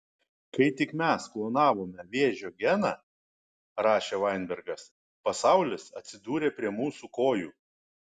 kai tik mes klonavome vėžio geną rašė vainbergas pasaulis atsidūrė prie mūsų kojų